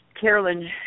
Carolyn